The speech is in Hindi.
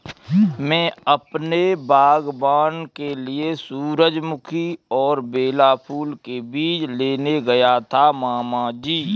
मैं अपने बागबान के लिए सूरजमुखी और बेला फूल के बीज लेने गया था मामा जी